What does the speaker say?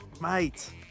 Mate